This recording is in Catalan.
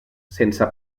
sense